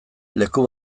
leku